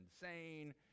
insane